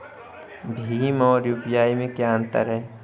भीम और यू.पी.आई में क्या अंतर है?